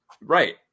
Right